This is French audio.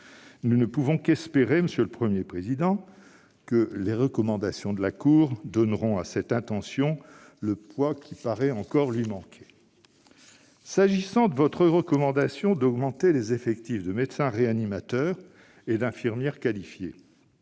Nous ne pouvons qu'espérer, monsieur le Premier président, que les recommandations de la Cour donneront à cette intention le poids qui paraît encore lui manquer ... Pour ce qui concerne votre recommandation d'augmenter les effectifs des médecins réanimateurs et d'infirmières qualifiées,